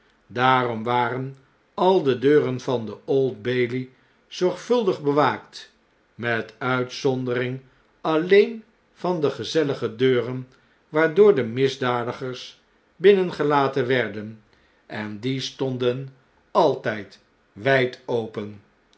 daarom waren al de deuren van de old bailey zorgvuldig bewaakt met uitzondering alleen van de gezellige deuren waardoor de misdadigers binnengelaten werden en diestonden altijd wijd open